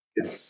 Yes